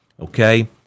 Okay